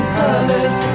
colors